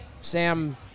Sam